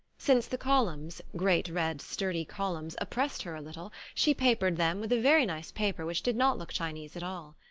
since the columns, great red sturdy columns, oppressed her a little she papered them with a very nice paper which did not look chinese at all.